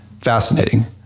Fascinating